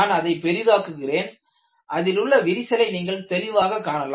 அதை நான் பெரிதாக்குகிறேன் அதிலுள்ள விரிசலை நீங்கள் தெளிவாக காணலாம்